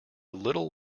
little